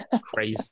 crazy